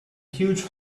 huge